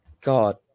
God